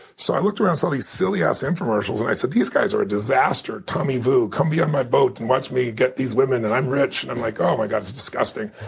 so i looked around and saw these silly ass infomercials. and i said, these guys are a disaster. tommy voux, come be on my boat and watch me get these women. and i'm rich. and i'm like, oh my god. it's disgusting.